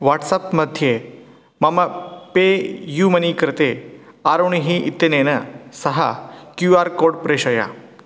वाट्साप्मध्ये मम pay U money कृते आरुणिः इत्यनेन सह क्यू आर् कोड् प्रेषय